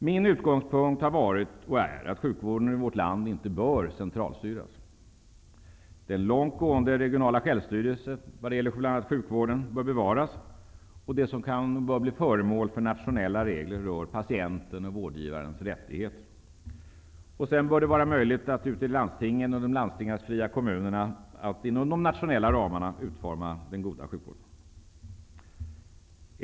Min utgångspunkt har varit och är att sjukvården i vårt land inte bör centralstyras. Den långt gångna regionala självstyrelsen vad gäller sjukvården bör bevaras, och det som kan bli föremål för nationella regler rör patientens och vårdgivarens rättigheter. Sedan bör det vara möjligt att ute i landstingen och i de landstingsfria kommunerna inom de nationella ramarna utforma den goda sjukvården.